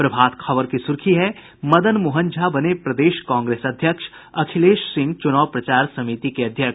प्रभात खबर की सुर्खी है मदन मोहन झा बने प्रदेश कांग्रेस अध्यक्ष अखिलेश सिंह चुनाव प्रचार समिति के अध्यक्ष